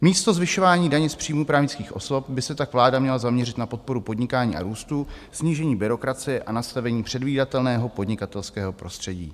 Místo zvyšování daně z příjmů právnických osob by se tak vláda měla zaměřit na podporu podnikání a růstu, snížení byrokracie a nastavení předvídatelného podnikatelského prostředí.